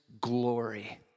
glory